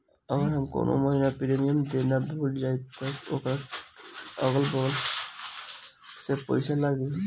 अगर हम कौने महीने प्रीमियम देना भूल जाई त ओकर अलग से पईसा लागी?